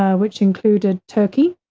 ah which included turkey,